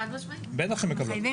בטח שמקבלות.